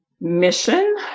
mission